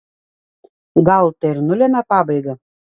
gal tai ir nulemia pabaigą